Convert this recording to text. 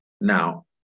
Now